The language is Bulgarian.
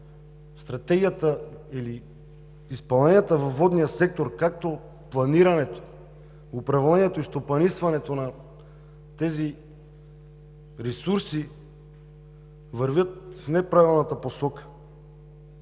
стратегията, изпълненията във водния сектор, както и планирането, управлението и стопанисването на тези ресурси вървят в неправилната посока.